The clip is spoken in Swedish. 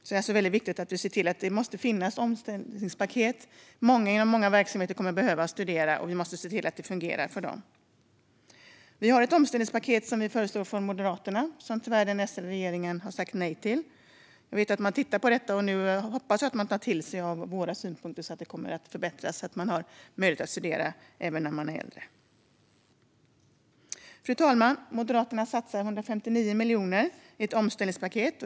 Det är alltså viktigt att vi ser till att det finns omställningspaket. Det är många personer i många verksamheter som kommer att behöva studera, och vi måste se till att det fungerar för dem. Från Moderaterna föreslår vi ett omställningspaket, som den S-ledda regeringen tyvärr har sagt nej till. Jag vet att man tittar på detta, och nu hoppas jag att man tar till sig våra synpunkter, så att det kommer att förbättras, så att man har möjlighet att studera även när man är äldre. Fru talman! Moderaterna satsar 159 miljoner i ett omställningspaket.